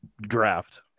draft